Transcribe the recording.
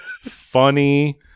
funny